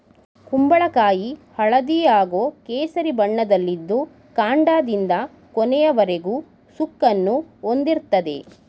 ಕುಂಬಳಕಾಯಿ ಹಳದಿ ಹಾಗೂ ಕೇಸರಿ ಬಣ್ಣದಲ್ಲಿದ್ದು ಕಾಂಡದಿಂದ ಕೊನೆಯವರೆಗೂ ಸುಕ್ಕನ್ನು ಹೊಂದಿರ್ತದೆ